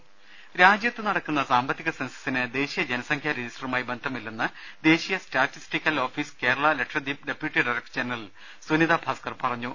ദേദ രാജ്യത്ത് നടക്കുന്ന സാമ്പത്തിക സെൻസസിന് ദേശീയ ജനസംഖ്യാ രജിസ്റ്ററുമായി ബന്ധമില്ലെന്ന് ദേശീയ statistical office Kerala Lakshadweep deputy director general Sunita Bhaskar പറഞ്ഞു